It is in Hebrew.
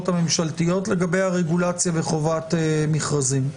הממשלתיות לגבי הרגולציה וחובת מכרזים?